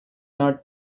not